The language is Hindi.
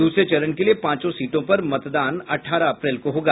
दूसरे चरण के लिए पांचों सीटों पर मतदान अठारह अप्रैल को होगा